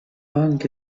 anche